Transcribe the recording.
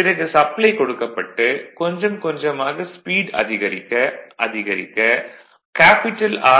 பிறகு சப்ளை கொடுக்கப்பட்டு கொஞ்சம் கொஞ்சமாக ஸ்பீட் அதிகரிக்க அதிகரிக்க